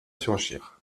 surgir